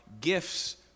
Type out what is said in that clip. gifts